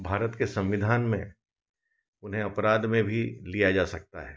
भारत के संविधान में उन्हें अपराध में भी लिया जा सकता है